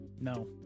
no